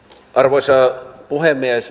arvoisa puhemies